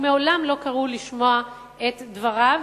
ומעולם לא קראו לו לשמוע את דבריו